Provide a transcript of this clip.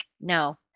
no